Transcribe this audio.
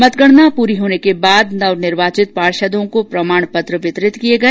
मतगणना पूरी होने के बाद नव निर्वाचित पार्षदों को प्रमाण पत्र वितरित किये गए